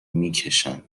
میکشن